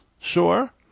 sure